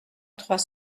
trois